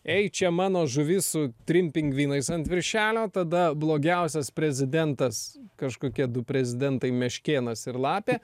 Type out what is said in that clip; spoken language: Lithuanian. ei čia mano žuvis su trim pingvinais ant viršelio tada blogiausias prezidentas kažkokie du prezidentai meškėnas ir lapė